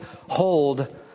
hold